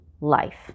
life